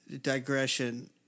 digression